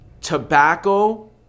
tobacco